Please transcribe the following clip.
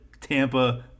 Tampa